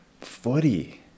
footy